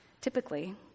Typically